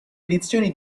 edizioni